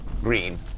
green